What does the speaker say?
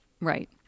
Right